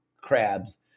crabs